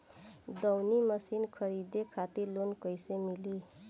दऊनी मशीन खरीदे खातिर लोन कइसे मिली?